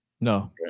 No